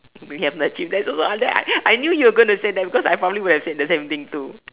you have achieve that also I I knew you were going to say that because I probably would have said the same thing too